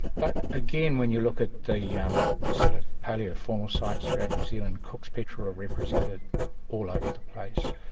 but again when you look at the yeah um sort of paleofaunal sites throughout new zealand, the cook's petrel are represented all over the place.